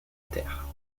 terre